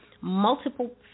multiple